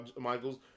Michaels